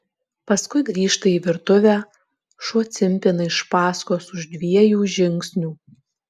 paskui grįžta į virtuvę šuo cimpina iš paskos už dviejų žingsnių